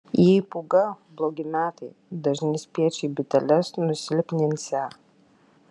jei pūga blogi metai dažni spiečiai biteles nusilpninsią